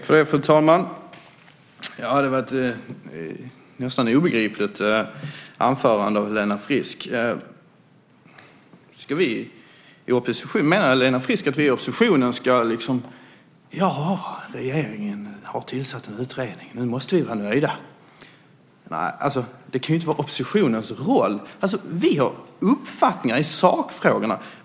Fru talman! Det var ett nästan obegripligt anförande av Helena Frisk. Menar Helena Frisk att vi i oppositionen ska säga att "ja, regeringen har tillsatt en utredning, och nu måste vi vara nöjda"? Nej, det kan ju inte vara oppositionens roll. Vi har uppfattningar i sakfrågorna.